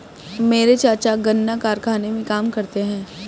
मेरे चाचा गन्ना कारखाने में काम करते हैं